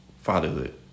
fatherhood